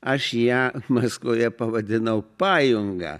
aš ją maskvoje pavadinau pajunga